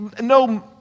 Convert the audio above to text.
no